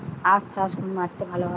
আখ চাষ কোন মাটিতে ভালো হয়?